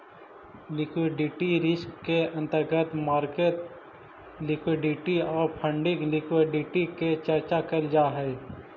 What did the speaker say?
liquidity risk के अंतर्गत market liquidity आउ फंडिंग लिक्विडिटी के चर्चा कैल जा हई